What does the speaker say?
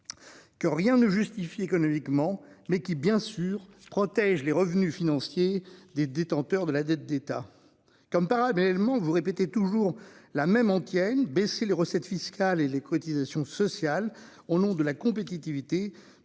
Que rien ne justifie économiquement mais qui bien sûr protège les revenus financiers des détenteurs de la dette d'État comme parallèlement vous répéter toujours la même antienne baisser les recettes fiscales et les cotisations sociales au nom de la compétitivité.